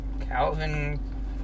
Calvin